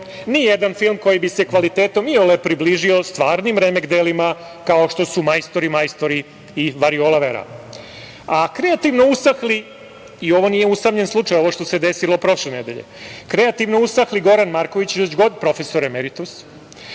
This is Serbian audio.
ni jedan film koji bi se kvalitetom iole približio stvarnim remek delima kao što su „Majstori, majstori“ i „Variola vera“.Kreativno usahli, nije usamljen slučaj ovo što se desilo prošle nedelje, Goran Marković, profesor emeritus,